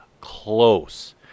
close